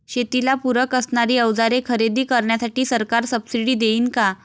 शेतीला पूरक असणारी अवजारे खरेदी करण्यासाठी सरकार सब्सिडी देईन का?